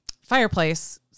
fireplace